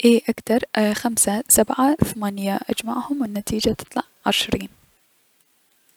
اي اكدر ، خمسة سبعة ثمانية و اجمعهم و النتيجة تطلع عشرين.